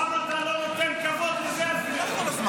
למה אתה לא נותן כבוד לזה, אפילו?